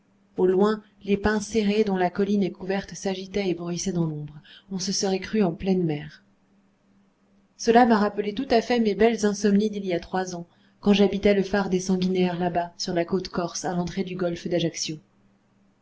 au loin les pins serrés dont la colline est couverte s'agitaient et bruissaient dans l'ombre on se serait cru en pleine mer cela m'a rappelé tout à fait mes belles insomnies d'il y a trois ans quand j'habitais le phare des sanguinaires là-bas sur la côte corse à l'entrée du golfe d'ajaccio